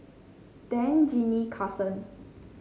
Dan Jinnie Karson